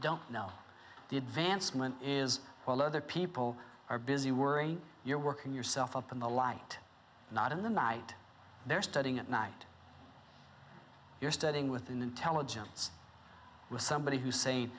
don't know the advancement is while other people are busy worrying you're working yourself up in the light not in the night they're studying at night you're studying with intelligence with somebody who say